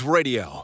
Radio